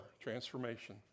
Transformation